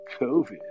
COVID